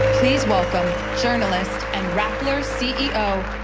please welcome journalist and rappler c e o.